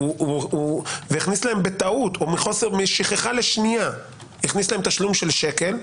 והכניס להם בטעות או בשכחה לשנייה תשלום של שקל.